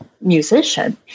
musician